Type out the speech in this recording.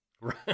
Right